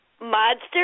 Monster